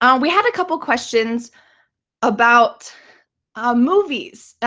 um we had a couple of questions about movies.